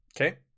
okay